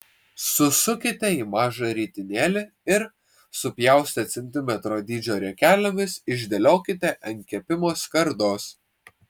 susukite į mažą ritinėlį ir supjaustę centimetro dydžio riekelėmis išdėliokite ant kepimo skardos